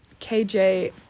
KJ